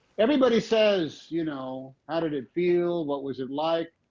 everybody says, you know, how did it feel, what was it like?